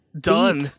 Done